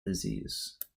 disease